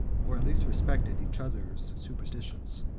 or at least respected, each other's superstitions.